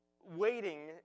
waiting